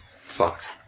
fucked